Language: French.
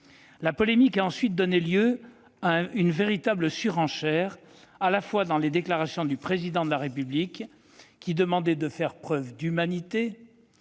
La polémique a ensuite donné lieu à une véritable surenchère, à la fois dans les déclarations du Président de la République, qui demandait de faire preuve d'humanité,